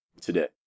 today